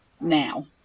now